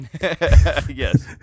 Yes